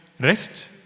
rest